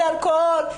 זה אלכוהול,